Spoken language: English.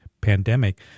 pandemic